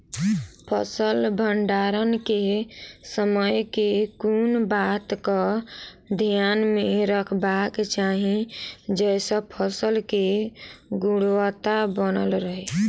फसल भण्डारण केँ समय केँ कुन बात कऽ ध्यान मे रखबाक चाहि जयसँ फसल केँ गुणवता बनल रहै?